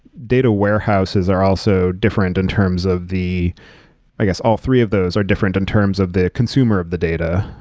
data warehouses are also different in terms of the i guess all three of those are different in terms of the consumer of the data.